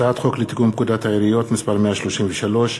הצעת חוק לתיקון פקודת העיריות (מס' 133),